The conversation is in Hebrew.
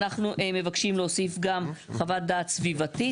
אנחנו מבקשים להוסיף גם חוות דעת סביבתית.